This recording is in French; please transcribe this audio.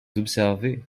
d’observer